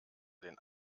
den